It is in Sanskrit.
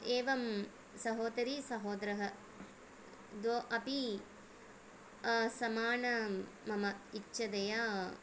एवं सहोदरी सहोदरः द्वौ अपि समानं मम इच्छतया